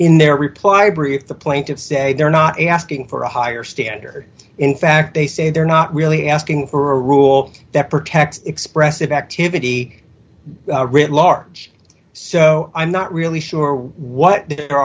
in their reply brief the plaintiffs say they're not asking for a higher standard in fact they say they're not really asking for a rule that protects expressive activity writ large so i'm not really sure what the